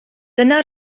dyna